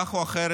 כך או אחרת,